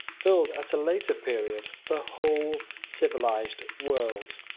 filled at a later period the whole civilized world.